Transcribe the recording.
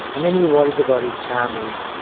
and then he worries about his family.